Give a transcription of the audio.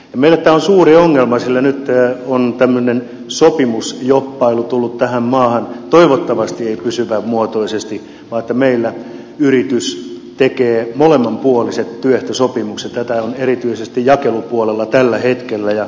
meille tämä on suuri ongelma sillä nyt on tämmöinen sopimusjobbailu tullut tähän maahan toivottavasti ei pysyvän muotoisesti vaan että meillä yritys tekee molemminpuoliset työehtosopimukset tätä on erityisesti jakelupuolella tällä hetkellä